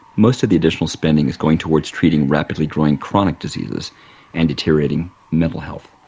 most of the additional spending is going towards treating rapidly growing chronic diseases and deteriorating mental health.